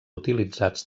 utilitzats